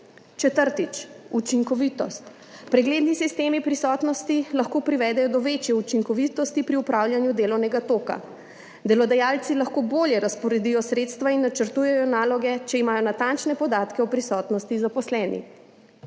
Četrtič, učinkovitost. Pregledni sistemi prisotnosti lahko privedejo do večje učinkovitosti pri upravljanju delovnega toka. Delodajalci lahko bolje razporedijo sredstva in načrtujejo naloge, če imajo natančne podatke o prisotnosti zaposlenih.